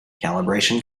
calibration